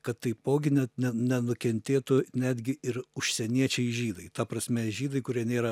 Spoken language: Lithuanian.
kad taipogi net ne nenukentėtų netgi ir užsieniečiai žydai ta prasme žydai kurie nėra